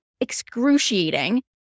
excruciating